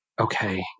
okay